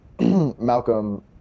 Malcolm